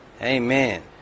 Amen